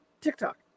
TikTok